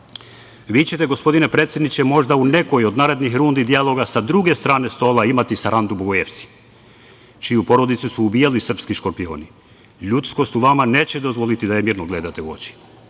ćete, gospodine predsedniče, možda u nekoj od narednih rundi dijaloga sa druge strane stola imati Sarandu Bogujevci, čiju porodicu su ubijali srpski „Škorpioni“. Ljudskost u vama neće dozvoliti da je mirno gledate u oči.